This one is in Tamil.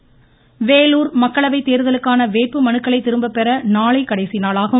தேர்தல் ஆணையம் வேலூர் மக்களவை தேர்தலுக்கான வேட்பு மனுக்களை திரும்பபெற நாளை கடைசி நாளாகும்